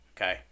okay